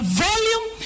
volume